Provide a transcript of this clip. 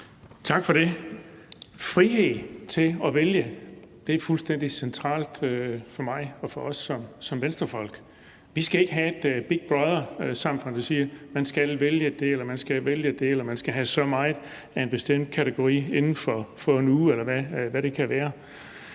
Tak for det. Frihed til at vælge er fuldstændig centralt for mig og for os som Venstrefolk. Vi skal ikke have et Big Brother-samfund, der siger, at man skal vælge det eller man skal vælge det, eller at man skal have så og så meget af en bestemt kategori inden for en uge, eller hvad det kan være.